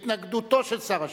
בהתנגדותו של שר השיכון.